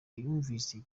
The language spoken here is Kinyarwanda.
yumvise